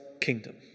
kingdom